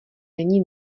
není